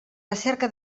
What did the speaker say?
recerca